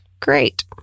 great